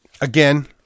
again